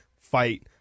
fight